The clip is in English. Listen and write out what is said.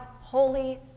holy